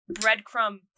breadcrumb